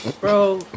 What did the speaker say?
Bro